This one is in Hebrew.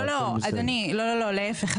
לא לא, אדוני, להיפך.